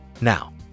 Now